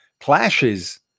clashes